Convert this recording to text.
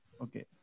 Okay